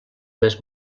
més